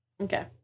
Okay